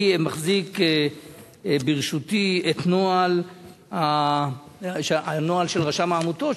אני מחזיק ברשותי את הנוהל של רשם העמותות,